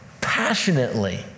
passionately